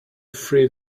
free